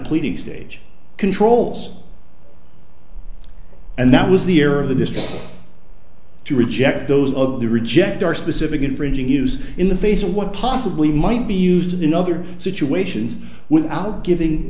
pleading stage controls and that was the error of the district to reject those of the reject are specific infringing use in the face of what possibly might be used in other situations without giving